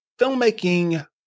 filmmaking